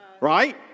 Right